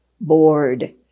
bored